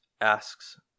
asks